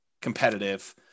competitive